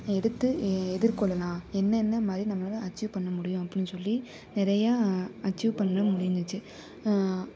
எடுத்து எதிர்கொள்ளலாம் என்னென்ன மாதிரி நம்மளால் அச்சீவ் பண்ண முடியும் அப்படின்னு சொல்லி நிறையா அச்சீவ் பண்ண முடிஞ்சுச்சு